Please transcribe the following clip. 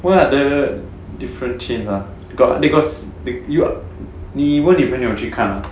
what other different chains ah got they got sell you got 你问你朋友去看 mah